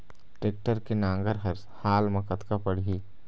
Tractor के नांगर हर हाल मा कतका पड़िही?